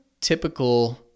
typical